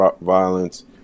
violence